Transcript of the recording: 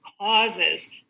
causes